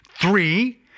Three